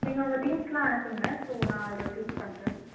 நீங்கள் உங்கள் திங்க்ஸ்லாம் அனுப்புங்கள் ஸோ நான் அதில் சூஸ் பண்ணுறேன்